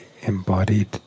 embodied